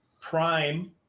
prime